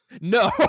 No